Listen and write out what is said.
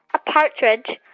a partridge,